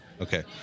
Okay